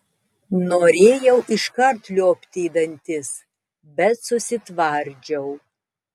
norėjau iškart liuobti į dantis bet susitvardžiau